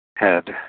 Head